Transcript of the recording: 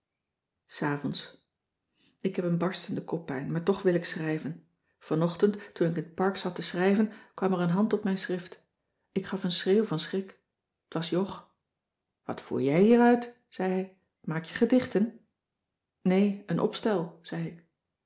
s avonds ik heb een barstende koppijn maar toch wil ik schrijven vanochtend toen ik in t park zat te schrijven kwam er cissy van marxveldt de h b s tijd van joop ter heul een hand op mijn schrift ik gaf een schreeuw van schrik t was jog wat voer jij hier uit zei hij maak je gedichten nee een opstel zei ik